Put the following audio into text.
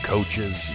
Coaches